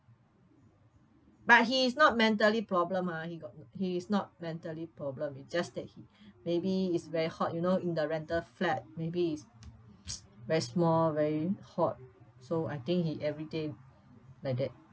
but he is not mentally problem ah he got he is not mentally problem it's just that h~ maybe is very hot you know in the rental flat maybe is very small very hot so I think he every day like that